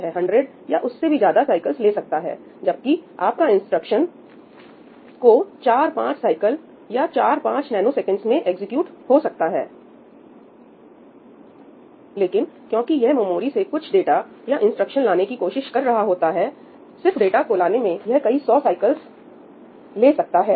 यह 100 या उससे भी ज्यादा साइकिल्स ले सकता है जब कि आपका इंस्ट्रक्शंस 4 5 साइकल या 4 5 नैनोसेकंडस में एग्जीक्यूट हो सकता है लेकिन क्योंकि यह मेमोरी से कुछ डाटा या इंस्ट्रक्शन लाने की कोशिश कर रहा होता है सिर्फ डाटा को लाने में यह कई सौ साइकिल्स ले सकता है